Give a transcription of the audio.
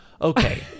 Okay